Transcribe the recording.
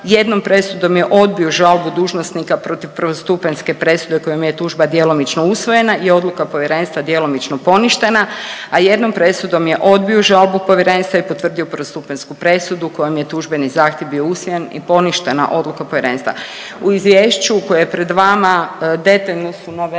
jednom presudom je odbio žalbu dužnosnika protiv prvostupanjske presude kojom je tužba djelomično usvojena i odluka Povjerenstva je djelomično poništena, a jednom presudom je odbio žalbu Povjerenstva i potvrdio prvostupanjsku presudu kojom je tužbeni zahtjev bio usvojen i poništena odluka Povjerenstva. U izvješću koje je pred vama detaljno su